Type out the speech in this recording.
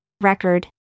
record